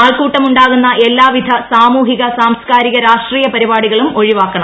ആൾക്കൂട്ടമുണ്ടാകുന്ന എല്ലാവിധ സാമൂഹിക സാംസ്കാരിക രാഷ്ട്രീയ പരിപാടികളും ഒഴിവാക്കണം